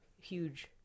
huge